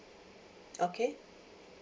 okay